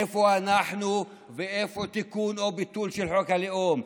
איפה אנחנו ואיפה תיקון או ביטול של חוק הלאום?